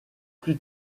plus